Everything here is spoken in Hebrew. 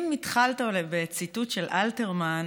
אם התחלת בציטוט של אלתרמן,